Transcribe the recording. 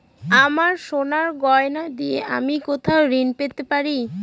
আমার সোনার গয়নার দিয়ে আমি কোথায় ঋণ পেতে পারি?